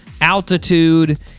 altitude